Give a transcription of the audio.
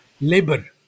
labor